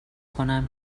کنم